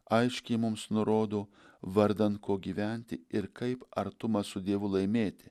aiškiai mums nurodo vardan ko gyventi ir kaip artumą su dievu laimėti